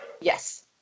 yes